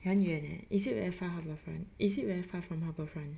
很远 leh is it very far Harbourfront is it very far from Harbourfront